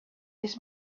his